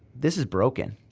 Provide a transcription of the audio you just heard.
this is broken.